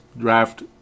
draft